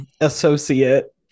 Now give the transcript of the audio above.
associate